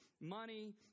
money